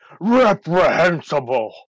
reprehensible